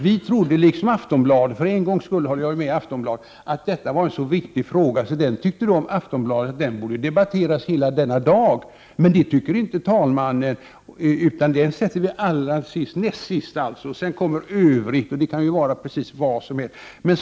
Jag tycker liksom Aftonbladet — för en gångs skull håller jag med Aftonbladet — att detta var en så viktig fråga att den borde ha debatterats hela denna dag. Men det tycker inte talmannen, utan den sätts näst sist. Sedan kommer Övrigt, och det kan ju vara precis vad som helst.